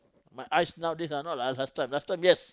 my eyes nowadays not like last time last time yes